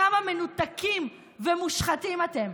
כמה מנותקים ומושחתים אתם.